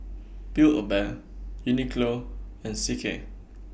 Build A Bear Uniqlo and C K